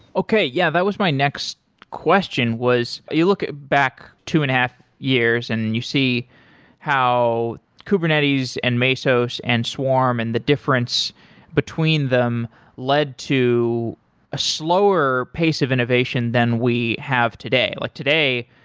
okay. yeah, that was my next question was, you look back two and a half years and you see how kubernetes and masos and swarm and the difference between them led to a slower pace of innovation than we have today. like today,